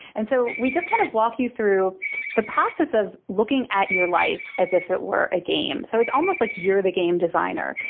and so we just kind of walk you through the process of looking at your life as if it were a game. so it's almost like you're the game designer.